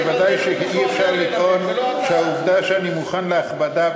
וודאי שאי-אפשר לטעון שהעובדה שאני מוכן להכבדה,